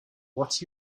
what